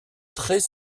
très